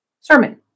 sermon